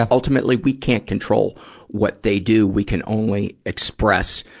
ah ultimately, we can't control what they do we can only express,